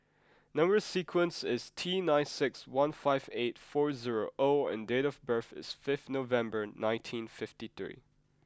number sequence is T nine six one five eight four zero O and date of birth is fifth November nineteen fifty three